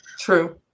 True